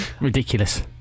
Ridiculous